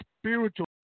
spiritual